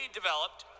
developed